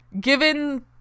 given